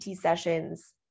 sessions